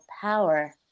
power